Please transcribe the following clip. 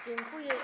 Dziękuję.